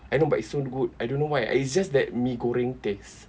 I know but it's so good I don't know why it's just that mee goreng taste